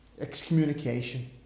excommunication